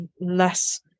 less